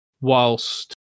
whilst